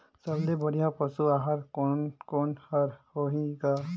सबले बढ़िया पशु आहार कोने कोने हर होही ग?